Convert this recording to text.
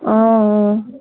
অঁ অঁ